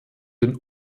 den